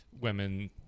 women